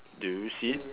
do you see it